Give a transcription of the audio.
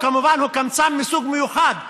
הוא קמצן מסוג מיוחד,